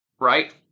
Right